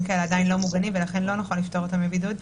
כאלה עדיין לא מוגנים ולכן לא נכון לפטור אותם מבידוד.